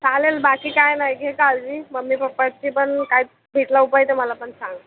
चालेल बाकी काही नाही घे काळजी मम्मी पप्पाची पण काही भेटला उपाय तर मला पण सांग